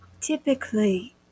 typically